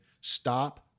Stop